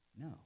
No